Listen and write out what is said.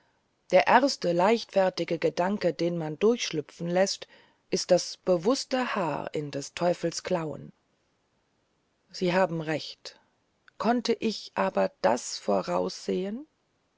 der erste leichtfertige gedanke den man durchschlüpfen läßt ist das bewußte haar in des teufels klaue sie haben recht konnte ich aber das voraussehen